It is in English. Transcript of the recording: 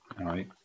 right